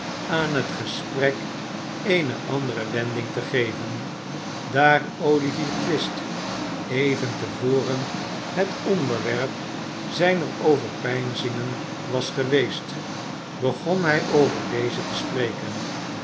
aan het gesprek eene andere wending te geven daar olivier twist even te voren het onderwerp zijner overpeinzingen was geweest begon hij over dezen te spreken